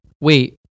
wait